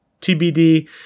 TBD